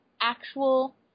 actual